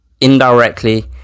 indirectly